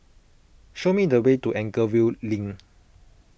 show me the way to Anchorvale Link